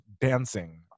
dancing